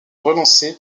relancée